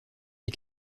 les